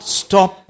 stop